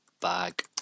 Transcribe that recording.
bag